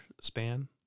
span